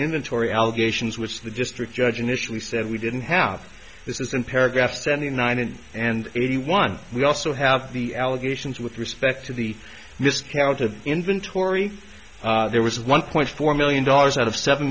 atory allegations which the district judge initially said we didn't have this isn't paragraph seventy nine and and eighty one we also have the allegations with respect to the discount of inventory there was one point four million dollars out of seven